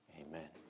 Amen